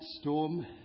storm